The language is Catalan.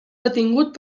detingut